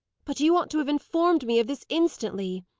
but you ought to have informed me of this instantly.